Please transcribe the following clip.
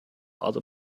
other